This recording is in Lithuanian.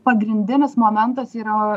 pagrindinis momentas yra